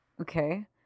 Okay